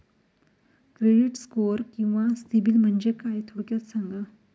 Credit score किंवा सिबिल म्हणजे काय? थोडक्यात सांगा